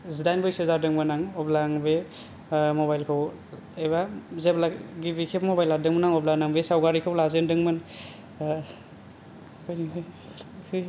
जिदाइन बैसो जादोंमोन आं अब्ला आं बे मबाइलखौ एबा जेब्ला गिबि खेब मबाइल लादोंमोन अब्लानो आं बे सावगारिखौ लाजेनदोंमोन